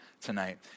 tonight